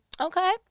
Okay